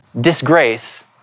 disgrace